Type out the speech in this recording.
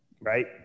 right